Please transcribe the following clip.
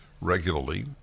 regularly